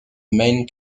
main